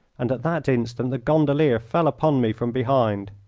and at that instant the gondolier fell upon me from behind.